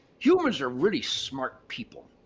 humans are really smart people.